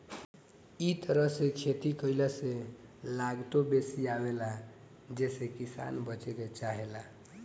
इ तरह से खेती कईला से लागतो बेसी आवेला जेसे किसान बचे के चाहेला